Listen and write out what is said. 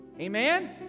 Amen